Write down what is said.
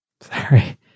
Sorry